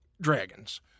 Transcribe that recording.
dragons